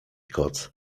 koc